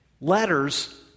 letters